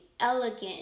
elegant